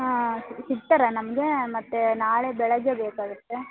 ಹಾಂ ಸಿಗ್ತಾರಾ ನಮಗೆ ಮತ್ತು ನಾಳೆ ಬೆಳಗ್ಗೆ ಬೇಕಾಗುತ್ತೆ